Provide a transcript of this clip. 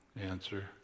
answer